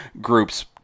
groups